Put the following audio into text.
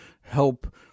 help